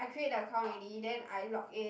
I create account already then I log in